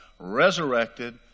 resurrected